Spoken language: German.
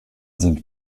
sind